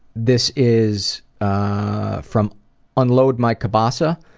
this is ah from unload my cabasa.